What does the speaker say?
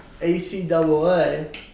ACAA